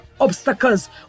obstacles